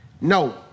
No